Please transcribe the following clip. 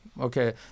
okay